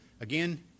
Again